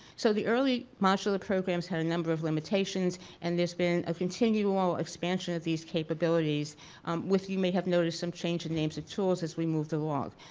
so the early modular programs had a number of limitations and there's been a continual ah expansion of these capabilities with you may have noticed some change of name of tools as we moved along,